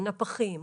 הנפחים.